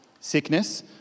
Sickness